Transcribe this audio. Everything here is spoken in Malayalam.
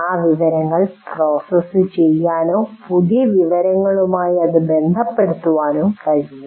ആ വിവരങ്ങൾ പ്രോസസ്സ് ചെയ്യാനോ പുതിയ വിവരങ്ങളുമായി അതു ബന്ധപ്പെടുത്താനോ കഴിയും